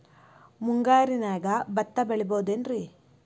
ಮುಂಗಾರಿನ್ಯಾಗ ಭತ್ತ ಬೆಳಿಬೊದೇನ್ರೇ?